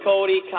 Cody